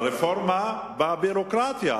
הרפורמה בביורוקרטיה,